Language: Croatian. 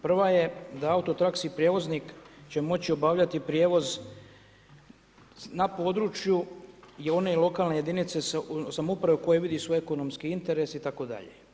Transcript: Prva je da autotaksi prijevoznik će moći obavljati prijevoz na području i one lokalne jedinice samouprave koja vidi svoj ekonomski interes itd.